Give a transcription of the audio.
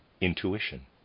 intuition